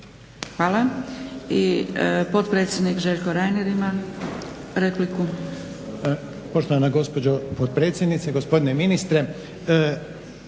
Hvala. I potpredsjednik Željko Reiner ima repliku.